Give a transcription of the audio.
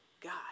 God